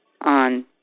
on